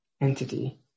entity